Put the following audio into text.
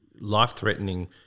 life-threatening